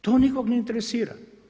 To nikoga ne interesira.